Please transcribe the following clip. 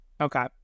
Okay